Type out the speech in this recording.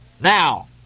Now